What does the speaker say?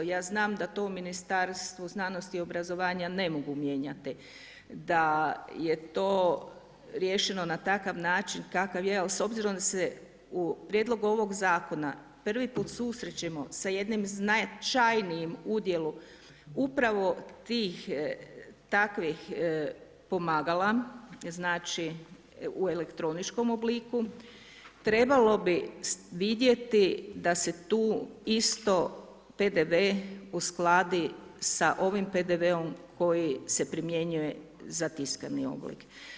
Ja znam da to u Ministarstvu i obrazovanja ne mogu mijenjati, da je to riješeno na takav način kakav je ali s obzirom da se u prijedlogu ovog zakona prvi put susrećemo sa jednim značajnijim udjelom upravo tih, takvih pomagala, znači u elektroničkom obliku trebalo bi vidjeti da se tu isto PDV uskladi sa ovim PDV-om koji se primjenjuje za tiskani oblik.